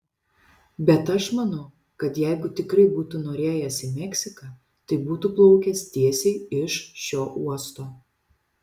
bet aš manau kad jeigu tikrai būtų norėjęs į meksiką tai būtų plaukęs tiesiai iš šio uosto